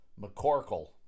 McCorkle